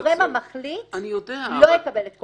הגורם המחליט לא יקבל את כל המידע.